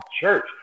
church